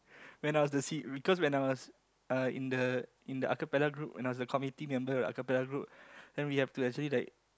when I was the seat cause when was uh in the in the acapella group and I was the committee member of the acapella group then we have to actually like